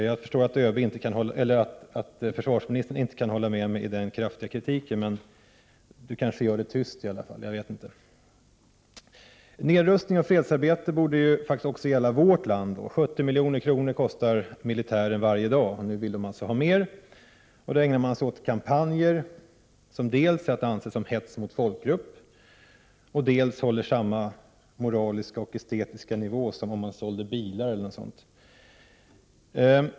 Jag förstår att försvarsministern inte kan instämma med mig i denna kraftiga kritik, men han kanske gör det tyst. Nedrustning och fredsarbete borde faktiskt gälla också vårt land. Militären kostar varje dag 70 milj.kr., och nu vill den alltså ha mer pengar. För det ändamålet ägnar man sig åt kampanjer som dels är att anse som hets mot folkgrupp, dels håller samma moraliska och estetiska nivå som bilförsäljning eller något sådant.